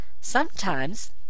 Sometimes